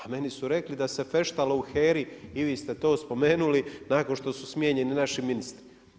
A meni se reklo da se feštalo u HERA-i i vi ste to spomenuli, nakon što su smijenjeni naši ministri.